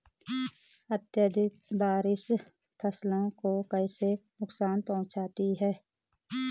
अत्यधिक बारिश फसल को कैसे नुकसान पहुंचाती है?